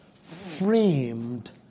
framed